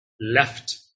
left